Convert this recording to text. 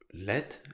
led